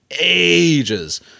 ages